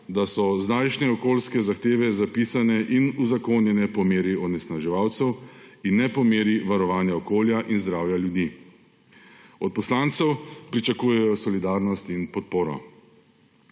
da so zdajšnje okoljske zahteve zapisane in uzakonjene po meri onesnaževalcev in ne po meri varovanja okolja in zdravja ljudi. Od poslancev pričakujejo solidarnost in podporo.